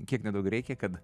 kiek nedaug reikia kad